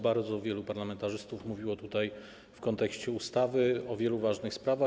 Bardzo wielu parlamentarzystów mówiło tutaj w kontekście ustawy o wielu ważnych sprawach.